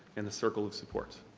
and the circle of support.